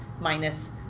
minus